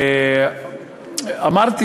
אמרתי